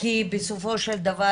כי בסופו של דבר,